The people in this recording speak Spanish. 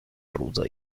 ruda